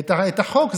את החוק.